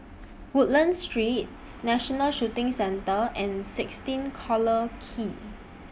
Woodlands Street National Shooting Centre and sixteen Collyer Quay